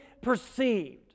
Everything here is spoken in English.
perceived